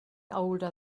older